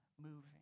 moving